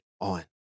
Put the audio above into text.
on